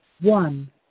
one